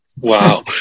Wow